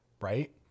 right